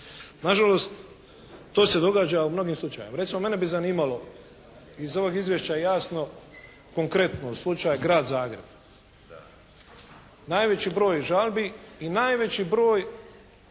Nažalost to se događa u mnogim slučajevima. Recimo mene bi zanimalo. Iz ovog izvješća je jasno, konkretno slučaj Grad Zagreb. Najveći broj žalbi i najveći broj,